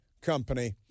company